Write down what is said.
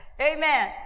Amen